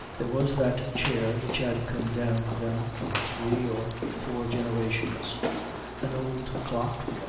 there was that chair, which had come down to them from three or four generations an old clock,